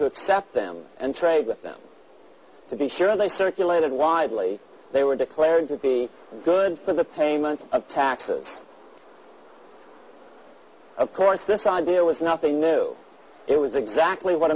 to accept them and trade with them to be sure they circulated widely they were declared to be good for the payment of taxes of course this idea was nothing new it was exactly what